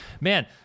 man